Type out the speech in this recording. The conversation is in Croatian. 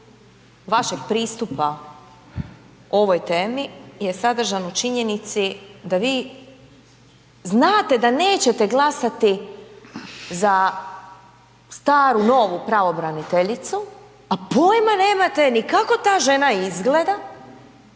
vašeg pristupa ovoj temi je sadržan u činjenici da vi znate da nećete glasati za staru-novu pravobraniteljicu, a pojma nemate ni kako ta žena izgleda,